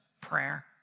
prayer